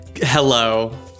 Hello